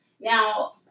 Now